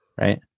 right